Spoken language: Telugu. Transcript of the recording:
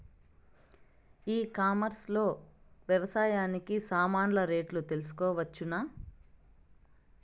ఈ కామర్స్ లో వ్యవసాయానికి సామాన్లు రేట్లు తెలుసుకోవచ్చునా?